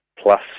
plus